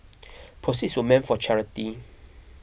proceeds were meant for charity